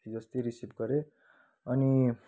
हिजो अस्ति रिसिभ गरेँ अनि